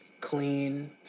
Clean